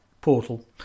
portal